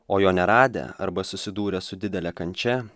o jo neradę arba susidūrę su didele kančia